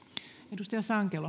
arvoisa